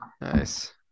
Nice